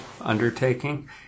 undertaking